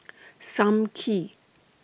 SAM Kee